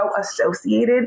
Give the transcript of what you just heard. associated